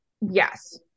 yes